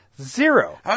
Zero